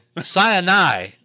Sinai